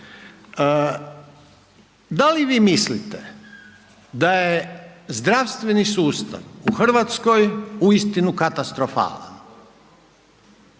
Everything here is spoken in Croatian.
Da li vi mislite da je zdravstveni sustav u Hrvatskoj uistinu katastrofalan,